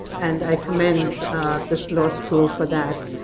and i commend this law school for that.